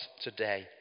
today